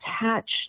attached